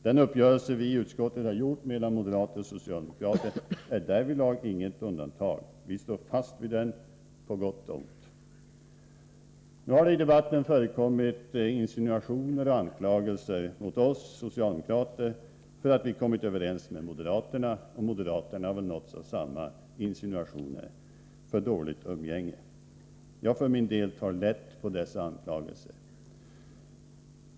Den uppgörelse vi i utskottet har träffat mellan moderater och socialdemokrater är därvidlag inget undantag. Vi står fast vid den, på gott och ont. I debatten har förekommit insinuationer och anklagelser mot oss socialdemokrater för att vi har kommit överens med moderaterna, och moderaterna har väl nåtts av samma insinuationer vad avser dåligt umgänge. Jag för min del tar lätt på dessa anklagelser.